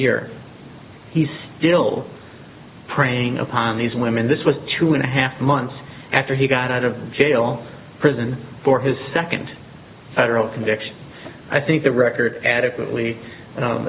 year he's still preying upon these women this was two and a half months after he got out of jail prison for his second federal conviction i think the record adequately